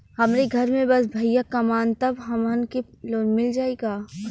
हमरे घर में बस भईया कमान तब हमहन के लोन मिल जाई का?